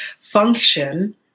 function